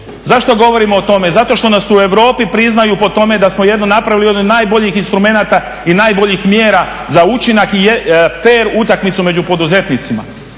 Zašto govorimo o tome? Zato što nas u Europi priznaju po tome da smo napravili jedno od najbolji instrumenata i najboljih mjera za učinak i fer utakmicu među poduzetnicima.